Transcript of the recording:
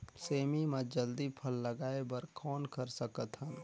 सेमी म जल्दी फल लगाय बर कौन कर सकत हन?